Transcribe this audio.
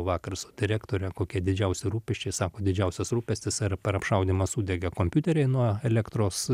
vakar su direktore kokie didžiausi rūpesčiai sako didžiausias rūpestis ar per apšaudymą sudegė kompiuteriai nuo elektros